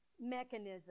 mechanism